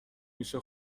میشه